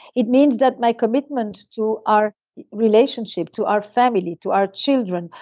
it means that my commitment to our relationship, to our family, to our children,